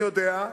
אני יודע,